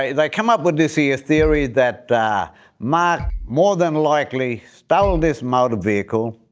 ah they come up with this here theory that that mark more than likely stole this motor vehicle.